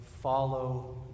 follow